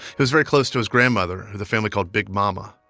he was very close to his grandmother, who the family called big momma.